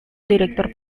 director